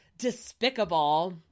Despicable